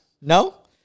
No